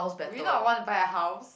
will you not want to buy a house